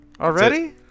Already